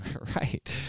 Right